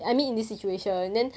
wu xie